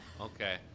Okay